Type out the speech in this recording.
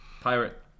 pirate